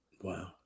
Wow